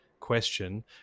question